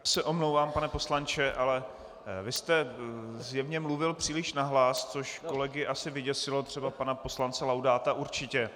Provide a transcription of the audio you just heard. Já se omlouvám, pane poslanče, ale vy jste zjevně mluvil příliš nahlas, což kolegy asi vyděsilo, třeba pana poslance Laudáta určitě.